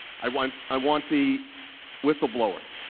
i want i want the whistleblower.